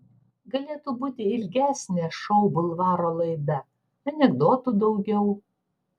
galėtų būti ilgesnė šou bulvaro laida anekdotų daugiau